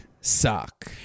suck